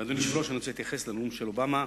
אדוני היושב-ראש, אני רוצה להתייחס לנאום של אובמה